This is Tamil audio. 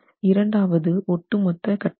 இரண்டாவது ஒட்டு மொத்த கட்டமைப்பு